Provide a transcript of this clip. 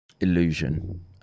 illusion